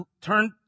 Turn